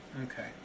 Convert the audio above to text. Okay